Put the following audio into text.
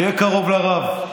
תהיה קרוב לרב,